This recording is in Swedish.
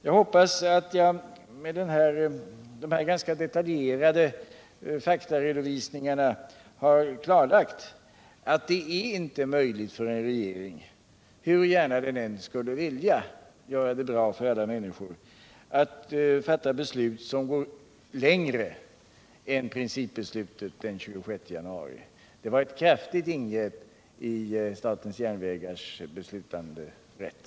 Jag hoppas att jag med de här ganska detaljerade faktaredovisningarna har klarlagt att det inte är möjligt för en regering, hur gärna den än skulle vilja göra det bra för alla människor, att fatta beslut som går längre än principbeslutet den 26 januari. Det var ett kraftigt ingrepp i statens järnvägars beslutanderätt.